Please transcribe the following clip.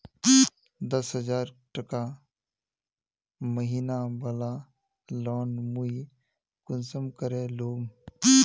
दस हजार टका महीना बला लोन मुई कुंसम करे लूम?